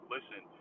Listen